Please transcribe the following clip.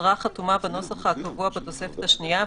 הצהרה חתומה בנוסח הקבוע בתוספת השנייה,